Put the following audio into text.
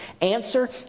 Answer